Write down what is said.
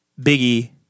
Biggie